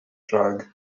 drug